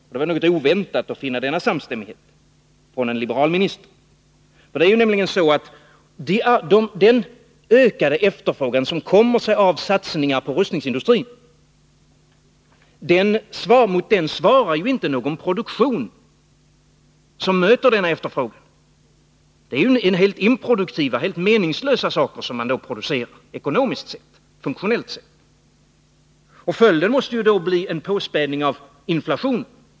Det var något oväntat att finna denna samstämmighet när det gäller en liberal minister. Mot den ökade efterfrågan som kommer sig av satsningar på rustningsindustrin svarar nämligen inte någon produktion som möter denna efterfrågan. Det är ju ekonomiskt och funktionellt sett helt improduktiva och meningslösa saker som man då producerar. Följden måste bli en påspädning av inflationen.